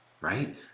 right